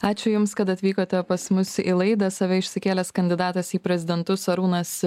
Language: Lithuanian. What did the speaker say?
ačiū jums kad atvykote pas mus į laidą save išsikėlęs kandidatas į prezidentus arūnas